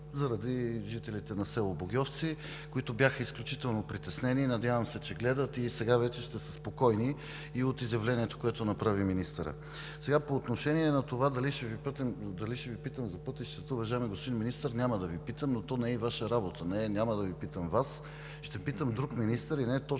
заради жителите на село Богьовци, които бяха изключително притеснени. Надявам се, че гледат и сега вече ще са спокойни и от изявлението, което направи министърът. Сега по отношение на това, дали ще Ви питам за пътищата. Уважаеми господин Министър, няма да Ви питам, но то не е и Ваша работа. Не, няма да Ви питам Вас. Ще питам друг министър и не точно